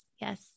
Yes